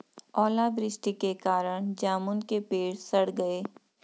ओला वृष्टि के कारण जामुन के पेड़ सड़ गए